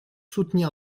soutenir